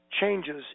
changes